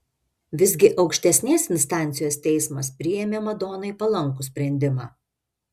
visgi aukštesnės instancijos teismas priėmė madonai palankų sprendimą